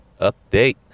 update